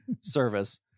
service